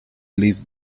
leave